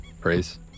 praise